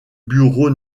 bureau